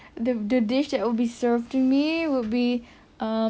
the the dish that will be served for me would be um